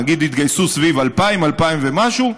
נגיד שהתגייסו סביב 2,000 או 2,000 ומשהו,